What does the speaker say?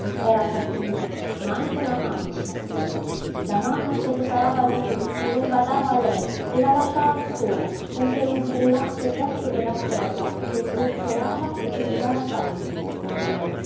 era cattiva ma anche la mamma cattiva la mamma che riparava mimí e non badava a lei e la lasciava sola con quell'ombrellaccio vecchio della serva che sgocciolava e che pesava tanto ormai